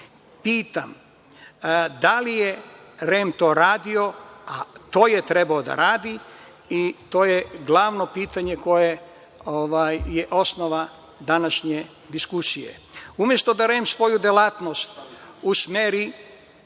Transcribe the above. Pitam – da li je REM to radio? To je trebao da radi, i to je glavno pitanje koje je osnova današnje diskusije. Umesto da REM svoju delatnost usmeri